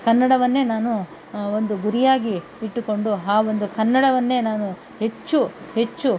ಕನ್ನಡವನ್ನೇ ನಾನು ಒಂದು ಗುರಿಯಾಗಿ ಇಟ್ಟುಕೊಂಡು ಹಾ ಒಂದು ಕನ್ನಡವನ್ನೇ ನಾನು ಹೆಚ್ಚು ಹೆಚ್ಚು